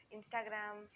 Instagram